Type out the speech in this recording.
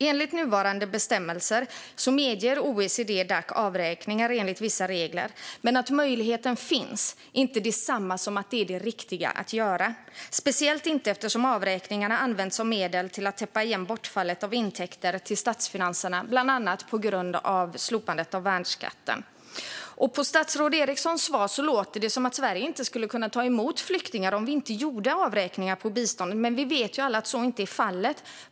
Enligt nuvarande bestämmelser medger OECD-Dac avräkningar enligt vissa regler, men att möjligheten finns är inte detsamma som att det är det riktiga att göra, speciellt inte eftersom avräkningarna används som medel att täppa igen bortfallet av intäkter till statsfinanserna bland annat på grund av slopandet av värnskatten. På statsrådet Erikssons svar låter det som att Sverige inte skulle kunna ta emot flyktingar om inte vi gjorde avräkningar på biståndet, men vi vet alla att så inte är fallet.